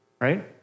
right